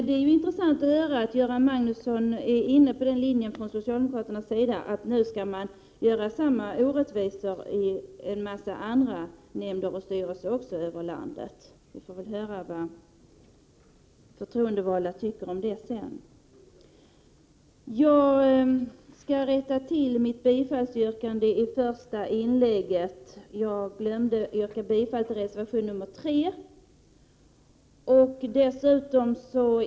Det är intressant att höra att Göran Magnusson och socialdemokraterna är inne på att införa samma orättvisor i en hel del andra nämnder och styrelser över landet. Vi får väl höra vad de förtroendevalda tycker om det. Jag skulle vilja rätta till mitt bifallsyrkande. Jag glömde att yrka bifall till reservation 3, som jag alltså nu yrkar bifall till.